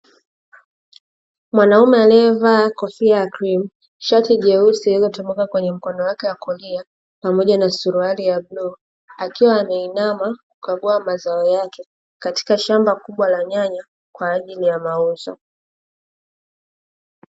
Mwanaume aliyevaa kofia ya krimu, shati jeusi lililotoboka kwenye mkono wake wa kulia pamoja na suruali ya bluu, akiwa ameinama kukagua mazao yake katika shamba kubwa la nyanya kwa ajili ya mauzo.